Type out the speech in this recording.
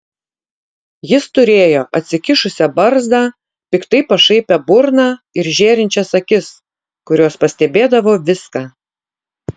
jis turėjo atsikišusią barzdą piktai pašaipią burną ir žėrinčias akis kurios pastebėdavo viską